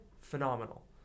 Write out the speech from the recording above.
phenomenal